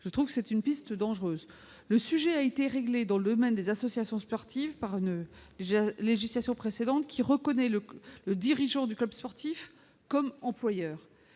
pénale ? C'est une piste dangereuse ! Le sujet a été réglé dans le domaine des associations sportives par la législation, qui reconnaît le dirigeant du club sportif comme employeur.